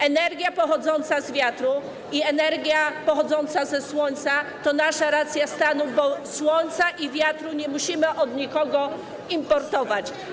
Energia pochodząca z wiatru i energia pochodząca ze słońca to nasza racja stanu, bo słońca i wiatru nie musimy od nikogo importować.